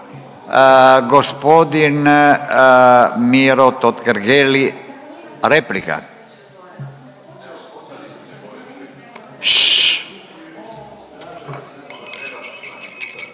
Gospodin Miro Totgergeli replika.